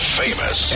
famous